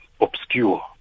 obscure